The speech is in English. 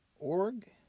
org